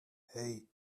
hey